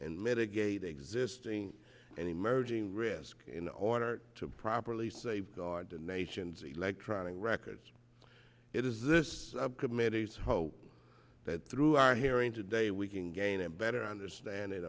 and mitigate existing and emerging risk in order to properly safeguard the nation's electronic records it is this committee's hope that through our hearing today we can gain a better understanding